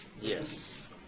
Yes